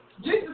Jesus